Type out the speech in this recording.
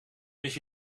wist